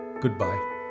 Goodbye